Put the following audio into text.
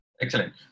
excellent